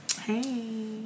hey